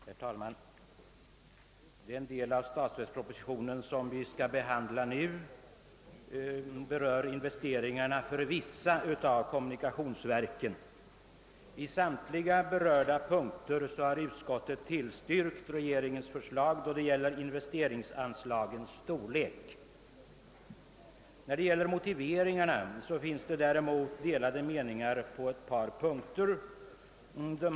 Herr talman! Den del av statsverkspropositionen som vi nu skall behandla gäller investeringarna för vissa av kommunikationsverken. I samtliga berörda punkter har utskottet tillstyrkt regeringens förslag beträffande investeringsanslagens storlek. Då det gäller motiveringarna finns däremot delade meningar på ett par punkter.